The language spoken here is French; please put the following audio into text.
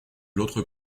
l’autre